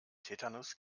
tetanus